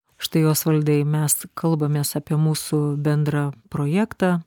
štai osvaldai mes kalbamės apie mūsų bendrą projektą